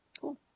Cool